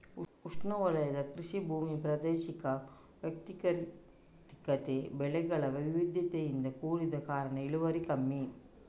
ಉಷ್ಣವಲಯದ ಕೃಷಿ ಭೂಮಿ ಪ್ರಾದೇಶಿಕ ವ್ಯತಿರಿಕ್ತತೆ, ಬೆಳೆಗಳ ವೈವಿಧ್ಯತೆಯಿಂದ ಕೂಡಿದ ಕಾರಣ ಇಳುವರಿ ಕಮ್ಮಿ